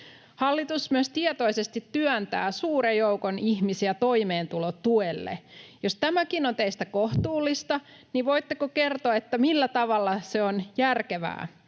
Hallitus myös tietoisesti työntää suuren joukon ihmisiä toimeentulotuelle. Jos tämäkin on teistä kohtuullista, niin voitteko kertoa, millä tavalla se on järkevää?